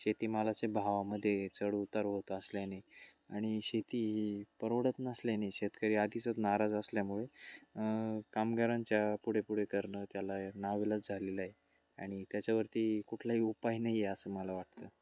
शेतीमालाच्या भावामध्ये चढ उतार होत असल्याने आणि शेती परवडत नसल्याने शेतकरी आधीचच नाराज असल्यामुळे कामगारांच्या पुढे पुढे करणं त्याला नाईलाज झालेलं आहे आणि त्याच्यावरती कुठलाही उपाय नाही आहे असं मला वाटतं